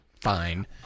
fine